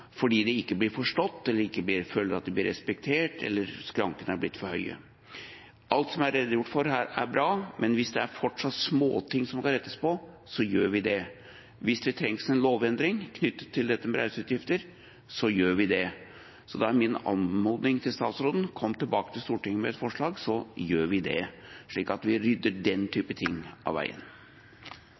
fordi de ikke blir forstått, fordi de føler at de ikke blir respektert, eller fordi skrankene har blitt for høye. Alt som det har blitt redegjort for her, er bra, men hvis det fortsatt er småting som kan rettes på, gjør vi det. Hvis det trengs en lovendring knyttet til dette med reiseutgifter, gjør vi noe med det. Min anmodning til statsråden er: Kom tilbake til Stortinget med et forslag, og så gjør vi noe med det, slik at vi rydder dette av veien.